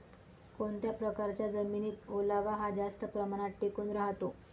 कोणत्या प्रकारच्या जमिनीत ओलावा हा जास्त प्रमाणात टिकून राहतो?